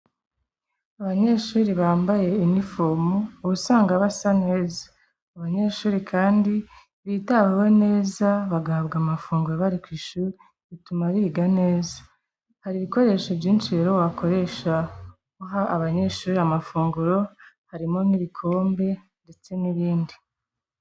Abanyeshuri bambaye unifomu uba usanga basa neza. Abanyeshuri kandi bitaweho neza bagahabwa amafunguro bari ku ishuri bituma biga neza. Hari ibikoresho byinshi rero wakoresha uha abanyeshuri amafunguro, harimo nk'ibikombe ndetse n'ibindi.